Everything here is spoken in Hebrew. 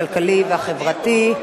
הכלכלי והחברתי.